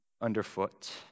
underfoot